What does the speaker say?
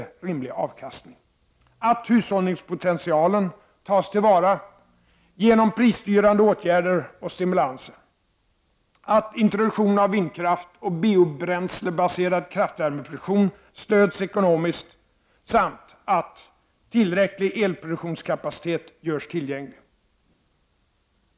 en rimlig avkastning, att hushållningspotentialen tas till vara genom prisstyrande åtgärder och stimulanser, att tillräcklig elproduktionskapacitet görs tillgänglig.